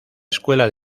escuela